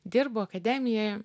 dirbo akademijoje